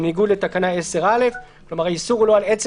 בניגוד לתקנה 10(א);"; כלומר האיסור הוא לא על עצם